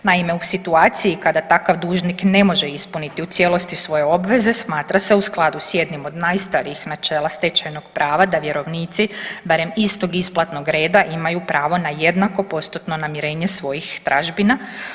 Naime, u situaciji kada takav dužnik ne može ispuniti u cijelosti svoje obveze smatra se u skladu sa jednim od najstarijih načela stečajnog prava da vjerovnici barem istog isplatnog reda imaju pravo na jednako postotno namirenje svojih tražbina.